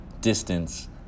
distance